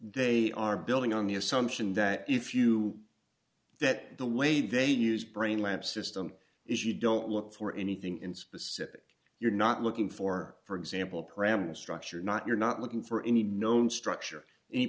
they are building on the assumption that if you that the way they use brain lamp system is you don't look for anything in specific you're not looking for for example pram structure not you're not looking for any known structure